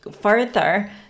further